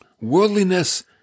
worldliness